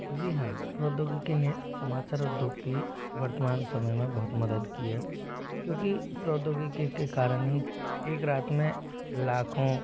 जी हाँ प्रौद्योगिकी ने समाचार उद्योग की वर्तमान समय में बहुत मदद की है क्योंकि प्रौद्योगिकी के कारण ही एक रात में लाखों